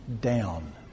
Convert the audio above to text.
down